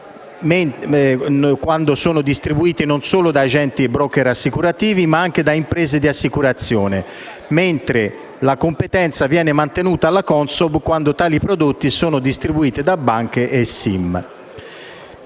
quando sono distribuiti non solo da agenti e *broker* assicurativi, ma anche da imprese di assicurazione, mentre la competenza viene mantenuta alla Consob quando tali prodotti sono distribuiti da banche e SIM.